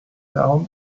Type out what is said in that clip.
down